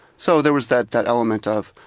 so there was that that element of,